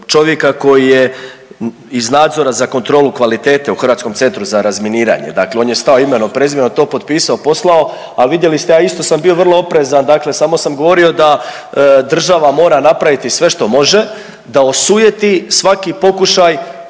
čovjeka koji je iz nadzora za kontrolu kvalitete u Hrvatskom centru za razminiranje. Dakle, on je stao imenom, prezimenom, to potpisao, poslao, a vidjeli ste ja isto sam bio vrlo oprezan dakle samo sam govorio da država mora napraviti sve što može da osujeti svaki pokušaj